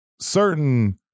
certain